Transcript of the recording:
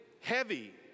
heavy